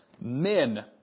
Men